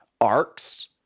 arcs